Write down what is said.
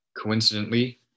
coincidentally